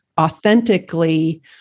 authentically